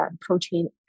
protein